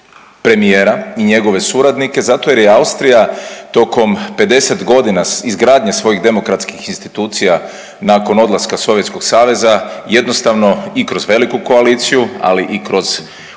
premijera i njegove suradnike zato jer je Austrija tokom 50.g. izgradnje svojih demokratskih institucija nakon odlaska Sovjetskog Saveza jednostavno i kroz veliku koaliciju, ali i kroz utjecaj